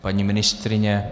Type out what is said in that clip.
Paní ministryně?